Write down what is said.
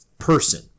Person